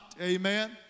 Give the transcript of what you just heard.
amen